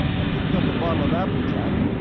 i picked up a bottle of applejack.